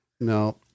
No